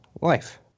life